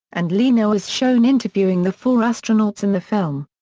and leno is shown interviewing the four astronauts in the film.